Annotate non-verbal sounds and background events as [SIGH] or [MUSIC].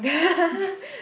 [LAUGHS]